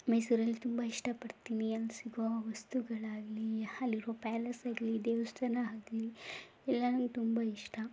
ಮೈಸೂರಲ್ಲಿ ತುಂಬ ಇಷ್ಟಪಡ್ತೀನಿ ಅಲ್ಲಿ ಸಿಗೋ ವಸ್ತುಗಳಾಗಲಿ ಅಲ್ಲಿರೋ ಪ್ಯಾಲೇಸ್ ಆಗ್ಲಿ ದೇವಸ್ಥಾನ ಆಗ್ಲಿ ಎಲ್ಲ ನನ್ಗೆ ತುಂಬ ಇಷ್ಟ